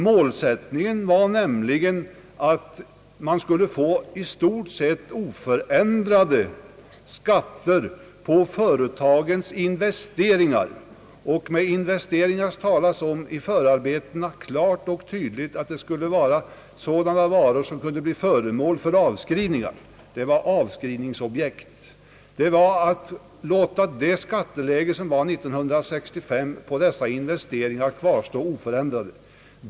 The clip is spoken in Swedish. Målsättningen var nämligen att man skulle få i stort sett oförändrade skatter på företagens investeringar, och med investeringar avses i förarbetena klart och tydligt sådana varor, som kan bli föremål för avskrivningar — alltså avskrivningsobjekt. Det skatteläge som rådde år 1965 för dessa investeringar skulle kvarstå oförändrat.